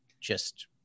Just-